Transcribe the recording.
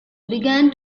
began